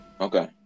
Okay